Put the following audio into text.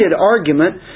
argument